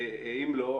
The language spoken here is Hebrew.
ואם לא,